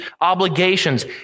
obligations